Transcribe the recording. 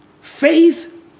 Faith